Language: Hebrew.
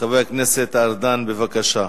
חבר הכנסת ארדן, בבקשה.